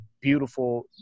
beautiful